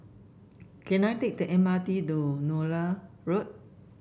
can I take the M R T to Nallur Road